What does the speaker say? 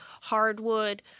hardwood